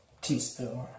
teaspoon